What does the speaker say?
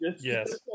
Yes